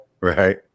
Right